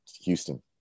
Houston